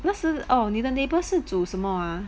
那时 oh 你的 neighbour 是煮什么